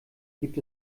gibt